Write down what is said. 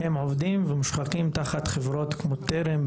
הם עובדים ונשחקים תחת חברות כמו "טרם",